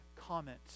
comment